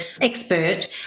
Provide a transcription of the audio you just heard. expert